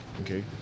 Okay